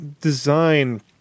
design